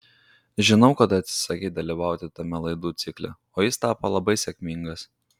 žinau kad atsisakei dalyvauti tame laidų cikle o jis tapo labai sėkmingas